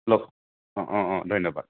দিয়ক অঁ অঁ অঁ ধন্যবাদ